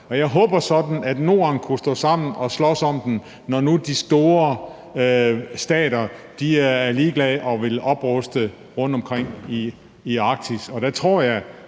Jeg håber sådan, at Norden kunne stå sammen og slås for den, når nu de store stater er ligeglade og vil opruste rundtomkring i Arktis.